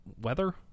weather